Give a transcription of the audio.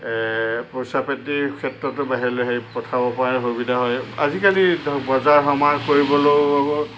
পইচা পাতিৰ ক্ষেত্ৰতো বাহিৰলৈ সেই পঠাব পৰা সুবিধা হয় আজিকালি ধৰক বজাৰ সমাৰ কৰিবলৈও